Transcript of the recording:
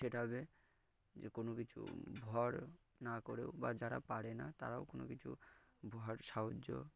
সেটা হবে যে কোনো কিছু ভর না করেও বা যারা পারে না তারাও কোনো কিছু ভর সাহায্য